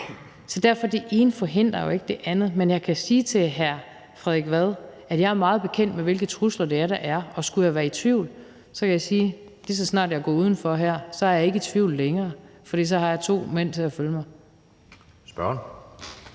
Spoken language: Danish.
Så derfor forhindrer det ene jo ikke det andet. Men jeg kan sige til hr. Frederik Vad, at jeg er meget bekendt med, hvilke trusler det er, der er, og skulle jeg være i tvivl, kan jeg sige, at lige så snart jeg går udenfor, er jeg ikke i tvivl længere, for så har jeg to mænd til at følge mig. Kl.